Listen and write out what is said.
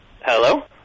Hello